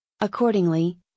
Accordingly